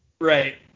Right